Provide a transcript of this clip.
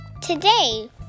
Today